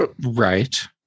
Right